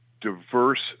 diverse